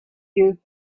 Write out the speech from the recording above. you